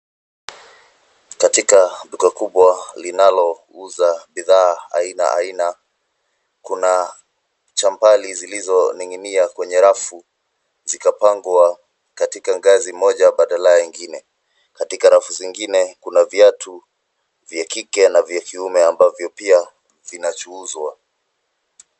Katika duka kubwa linalouzwa bidhaa aina aina kuna champali zilizoning'inia kwenye rafu zikapangwa katika ngazi mmoja baada ya ingine. Katika rafu zengine kuna viatu za kike na vya kiume ambazo pia vinachuuzwa.